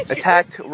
Attacked